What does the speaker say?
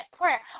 prayer